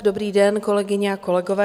Dobrý den, kolegyně a kolegové.